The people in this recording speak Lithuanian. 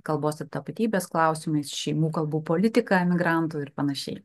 kalbos ir tapatybės klausimais šeimų kalbų politika emigrantų ir panašiai